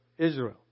Israel